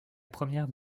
première